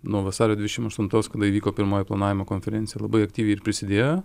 nuo vasario dvidešimt aštuntos kada įvyko pirmoji planavimo konferencija labai aktyviai prisidėjo